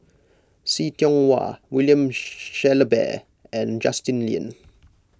See Tiong Wah William Shellabear and Justin Lean